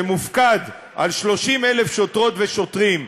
שמופקד על 30,000 שוטרות ושוטרים,